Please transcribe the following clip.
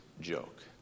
joke